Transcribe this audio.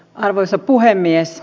arvoisa puhemies